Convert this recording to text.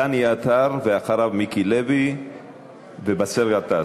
דני עטר, ואחריו, מיקי לוי ובאסל גטאס.